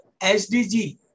SDG